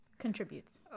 contributes